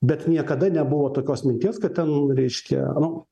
bet niekada nebuvo tokios minties kad ten reiškia nu